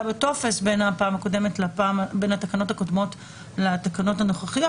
בטופס בין התקנות הקודמות לתקנות הנוכחיות.